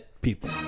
people